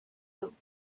looked